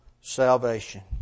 salvation